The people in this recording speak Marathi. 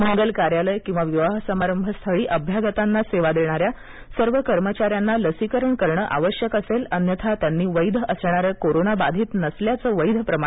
मंगल कार्यालय किवा विवाह समारंभ स्थळी अभ्यागतांना सेवा देणाऱ्या सर्व कर्मचाऱ्यांना लसीकरण करणं आवश्यक असेल अन्यथा त्यांनी वैध असणारे कोरोना बाधित नसल्याचं वैध प्रमाणपत्र बाळगणं बंधनकारक राहील